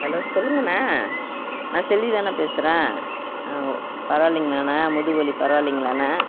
hello சொல்லுங்கண்ணா நான் செல்வி தாண்ணா பேசுகிறேன் ஓ பரவாயில்லிங்களாண்ணா முதுகு வலி பரவாயில்லிங்களாண்ணா